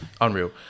unreal